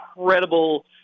incredible